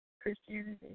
Christianity